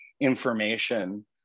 information